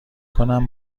کنم